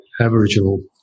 Aboriginal